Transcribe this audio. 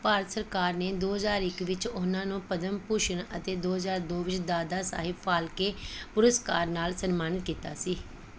ਭਾਰਤ ਸਰਕਾਰ ਨੇ ਦੋ ਹਜ਼ਾਰ ਇੱਕ ਵਿੱਚ ਉਹਨਾਂ ਨੂੰ ਪਦਮ ਭੂਸ਼ਣ ਅਤੇ ਦੋ ਹਜ਼ਾਰ ਦੋ ਵਿੱਚ ਦਾਦਾ ਸਾਹਿਬ ਫਾਲਕੇ ਪੁਰਸਕਾਰ ਨਾਲ ਸਨਮਾਨਿਤ ਕੀਤਾ ਸੀ